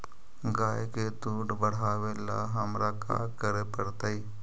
गाय के दुध बढ़ावेला हमरा का करे पड़तई?